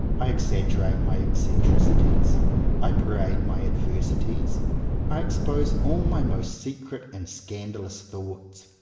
i exag gerate my eccentricities i parade my ad versities i expose all my most secret and scandalous thoughts.